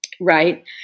Right